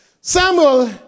Samuel